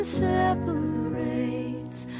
separates